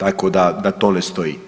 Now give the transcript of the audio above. tako da to ne stoji.